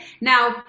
Now